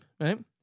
right